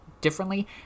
differently